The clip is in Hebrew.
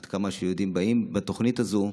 עד כמה שהיהודים באים בתוכנית הזאת.